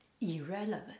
irrelevant